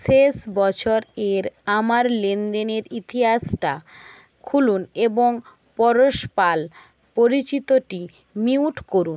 শেষ বছর এর আমার লেনদেনের ইতিহাসটা খুলুন এবং পরশ পাল পরিচিতটি মিউট করুন